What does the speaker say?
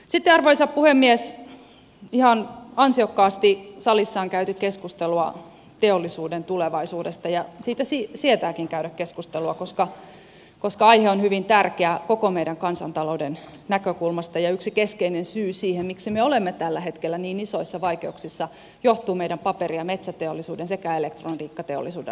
sitten arvoisa puhemies ihan ansiokkaasti salissa on käyty keskustelua teollisuuden tulevaisuudesta ja siitä sietääkin käydä keskustelua koska aihe on hyvin tärkeä koko meidän kansantaloutemme näkökulmasta ja yksi keskeinen syy siihen miksi me olemme tällä hetkellä niin isoissa vaikeuksissa johtuu meidän paperi ja metsäteollisuuden sekä elektroniikkateollisuuden romahduksesta